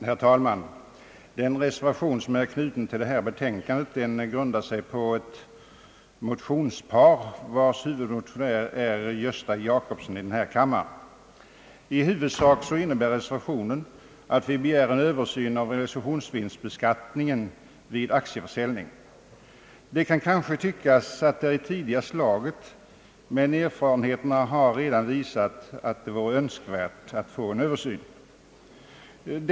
Herr talman! Den reservation som är knuten till detta betänkande grundar sig på ett motionspar vars huvudmotionär är herr Gösta Jacobsson i denna kammare. I huvudsak innebär reservationen att vi begär en Översyn av realisationsvinstbeskattningen vid aktieförsäljning. Det kan måhända tyckas att detta är i tidigaste laget, men erfarenheten har redan visat att det är önskvärt att få en översyn till stånd.